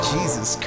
Jesus